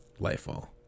Lightfall